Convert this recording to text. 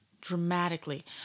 dramatically